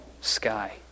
sky